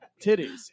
titties